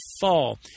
fall